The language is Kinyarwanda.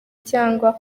cyangwa